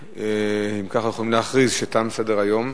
אם כך, אנחנו יכולים להכריז שתם סדר-היום.